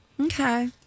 Okay